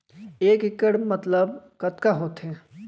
एक इक्कड़ मतलब कतका होथे?